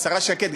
השרה שקד,